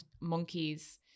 Monkeys